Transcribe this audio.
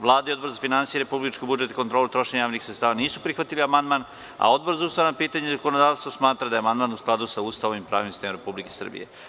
Vlada i Odbor za finansije, republički budžet i kontrolu trošenja javnih sredstava nisu prihvatili amandman, Odbor za ustavna pitanja i zakonodavstvo smatra da je amandman u skladu sa Ustavom i pravnim sistemom Republike Srbije.